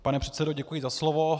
Pane předsedo, děkuji za slovo.